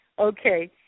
Okay